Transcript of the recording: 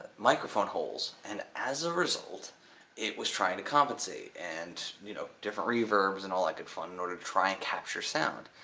microphone holes and as a result it was trying to compensate and you know different reverbs and all that good fun in order to try and capture sound.